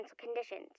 conditions